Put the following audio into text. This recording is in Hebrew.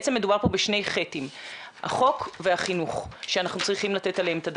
בעצם מדובר פה בחוק ובחינוך שאנחנו צריכים לתת עליהם את הדעת.